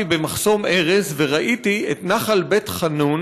במחסום ארז וראיתי את נחל בית חנון,